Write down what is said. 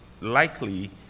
likely